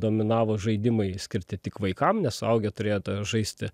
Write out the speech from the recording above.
dominavo žaidimai skirti tik vaikam nes suaugę turėto žaisti